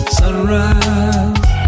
sunrise